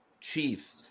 chief